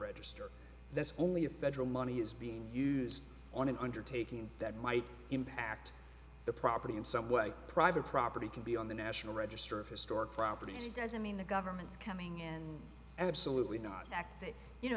register that's only a federal money is being used on an undertaking that might impact the property in some way private property can be on the national register of historic properties doesn't mean the government's coming in and